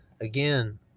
Again